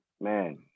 man